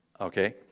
Okay